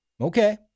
Okay